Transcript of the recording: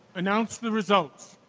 announce the results.